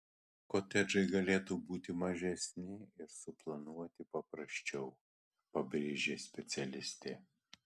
kotedžai galėtų būti mažesni ir suplanuoti paprasčiau pabrėžia specialistė